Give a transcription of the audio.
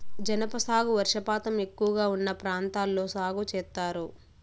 జనప సాగు వర్షపాతం ఎక్కువగా ఉన్న ప్రాంతాల్లో సాగు చేత్తారు